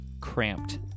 cramped